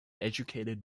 educated